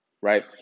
right